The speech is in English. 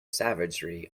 savagery